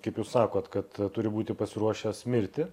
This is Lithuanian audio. kaip jūs sakot kad a turi būti pasiruošęs mirti